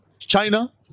China